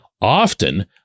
often